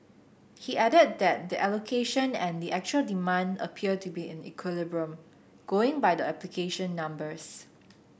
he added that the allocation and the actual demand appeared to be in equilibrium going by the application numbers